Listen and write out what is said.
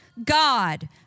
God